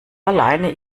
alleine